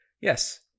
Yes